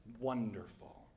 wonderful